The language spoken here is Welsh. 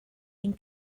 ein